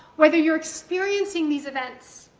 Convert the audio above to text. whether you're experiencing these events,